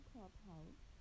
Clubhouse